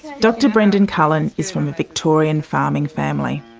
dr brendan cullen is from a victorian farming family.